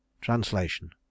Translation